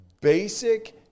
basic